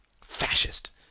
Fascist